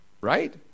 Right